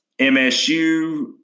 MSU